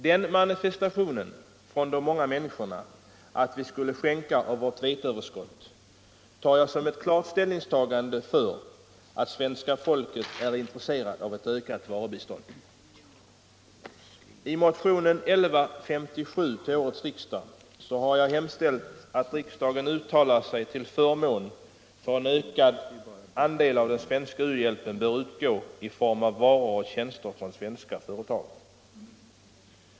Den manifestationen från de många människorna att vi skulle skänka av vårt veteöverskott tar jag som ett klart ställningstagande för att svenska folket är intresserat av ett ökat varubistånd. I motionen 1157 till årets riksdag har jag hemställt ”att riksdagen uttalar sig till förmån för att en ökad andel av den svenska u-hjälpen bör utgå i form av varor och tjänster från svenska företag”.